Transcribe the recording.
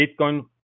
Bitcoin